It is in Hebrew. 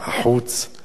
בגלל הלחצים,